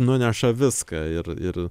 nuneša viską ir ir